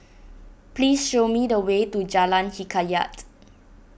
please show me the way to Jalan Hikayat